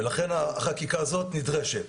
ולכן החקיקה הזאת נדרשת.